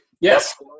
Yes